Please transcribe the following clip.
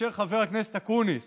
כאשר חבר הכנסת אקוניס